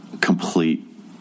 complete